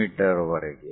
me ವರಗೆ